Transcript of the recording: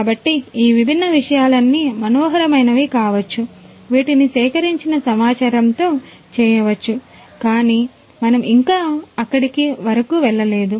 కాబట్టి ఈ విభిన్న విషయాలన్నీ మనోహరమైనవి కావచ్చు వీటిని సేకరించిన సమాచారంతోచేయవచ్చు కాని మనం ఇంకా అక్కడికి వరకు వెళ్లలేదు